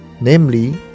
namely